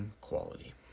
Quality